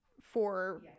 for-